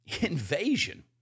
Invasion